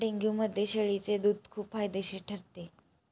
डेंग्यूमध्ये शेळीचे दूध खूप फायदेशीर ठरते